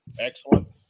Excellent